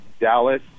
Dallas